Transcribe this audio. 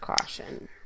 Caution